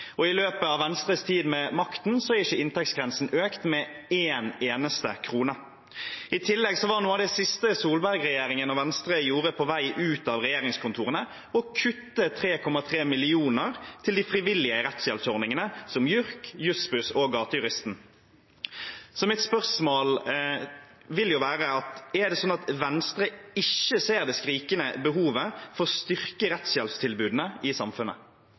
Nav-vedtak. I løpet av Venstres tid ved makten er ikke inntektsgrensen økt med en eneste krone. I tillegg var noe av det siste Solberg-regjeringen og Venstre gjorde på vei ut av regjeringskontorene, å kutte 3,3 mill. kr til de frivillige rettshjelpsordningene, som JURK, Jussbuss og Gatejuristen. Mitt spørsmål er: Er det sånn at Venstre ikke ser det skrikende behovet for å styrke rettshjelpstilbudene i samfunnet?